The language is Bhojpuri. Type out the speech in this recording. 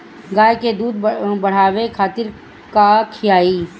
गाय के दूध बढ़ावे खातिर का खियायिं?